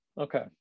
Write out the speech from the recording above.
Okay